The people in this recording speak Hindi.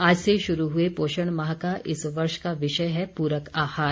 आज से शुरू हुए पोषण माह का इस वर्ष का विषय है पूरक आहार